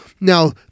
Now